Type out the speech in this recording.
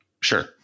Sure